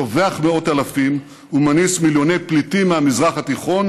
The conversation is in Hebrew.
טובח מאות אלפים ומניס מיליוני פליטים מהמזרח התיכון,